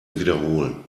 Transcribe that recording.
wiederholen